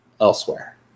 elsewhere